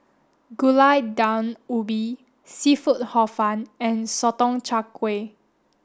Gulai Daun Ubi Seafood Hor Fun and Sotong Char Kway